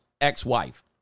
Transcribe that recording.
ex-wife